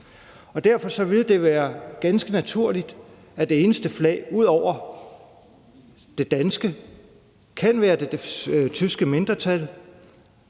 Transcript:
Derfor vil det være ganske naturligt, at det eneste flag ud over det danske kan være det tyske mindretals,